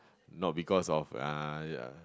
not because of ah ya